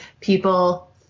people